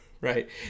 right